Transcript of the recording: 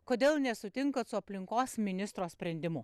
kodėl nesutinkat su aplinkos ministro sprendimu